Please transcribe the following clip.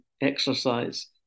exercise